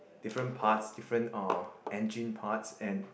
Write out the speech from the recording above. different parts different uh engine parts and